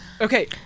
Okay